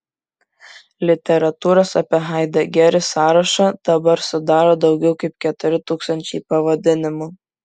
literatūros apie haidegerį sąrašą dabar sudaro daugiau kaip keturi tūkstančiai pavadinimų